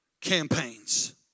campaigns